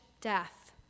death